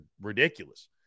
ridiculous